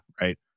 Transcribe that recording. right